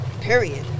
period